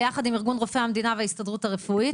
ביחד עם ארגון רופאי המדינה וההסתדרות הרפואית,